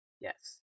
Yes